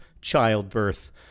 childbirth